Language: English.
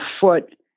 foot